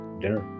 dinner